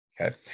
Okay